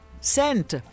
scent